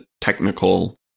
technical